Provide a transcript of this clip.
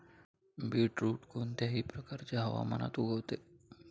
beetroot कोणत्याही प्रकारच्या हवामानात उगवते